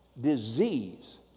Disease